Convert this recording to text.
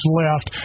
left